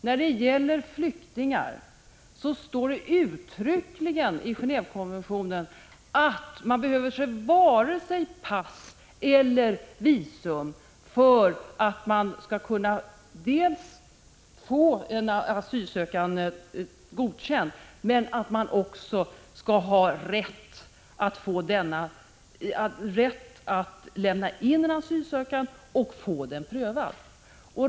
När det gäller flyktingar står det uttryckligen i Gen&vekonventionen att man behöver varken pass eller visum för att dels få en asylansökan godkänd, dels ha rätt att lämna in asylansökan och få den prövad.